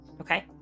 Okay